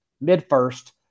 mid-first